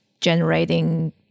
generating